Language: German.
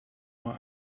nur